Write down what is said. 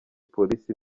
polisi